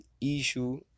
issue